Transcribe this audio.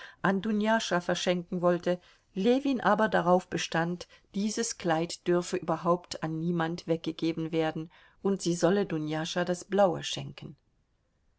an dunjascha verschenken wollte ljewin aber darauf bestand dieses kleid dürfe überhaupt an niemand weggegeben werden und sie solle dunjascha das blaue schenken